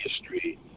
history